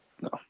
No